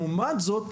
לעומת זאת,